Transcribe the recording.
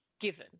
given